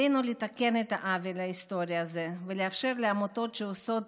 עלינו לתקן את העוול ההיסטורי הזה ולאפשר לעמותות שעושות